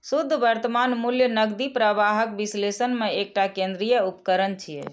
शुद्ध वर्तमान मूल्य नकदी प्रवाहक विश्लेषण मे एकटा केंद्रीय उपकरण छियै